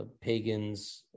pagans